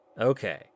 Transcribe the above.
Okay